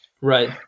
Right